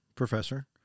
professor